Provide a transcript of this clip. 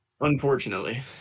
Unfortunately